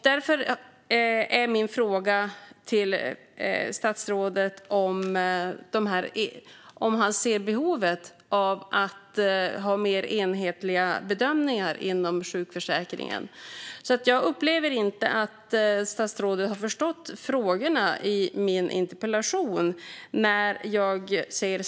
Därför är min fråga till statsrådet: Ser han behovet av att ha mer enhetliga bedömningar inom sjukförsäkringen? Jag upplever inte när jag hör svaret att statsrådet har förstått frågorna i min interpellation.